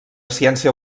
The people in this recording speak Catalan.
ciència